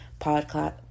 podcast